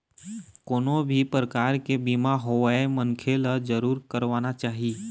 कोनो भी परकार के बीमा होवय मनखे ल जरुर करवाना चाही